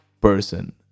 person